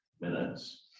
minutes